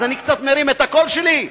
אז אני קצת מרים את הקול שלי?